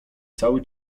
cały